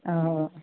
आं